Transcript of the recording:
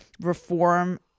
reform